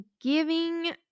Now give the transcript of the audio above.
giving